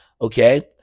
okay